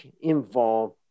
involved